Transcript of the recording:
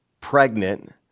pregnant